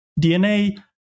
DNA